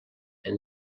and